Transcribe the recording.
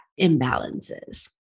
imbalances